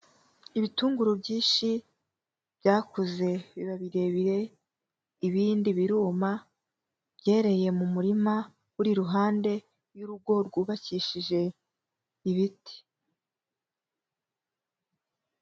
Ibitunguru byinshi byakuze biba birebire, ibindi biruma, byereye mu murima uri iruhande y'urugo, rwubakishije ibiti.